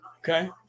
Okay